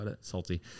Salty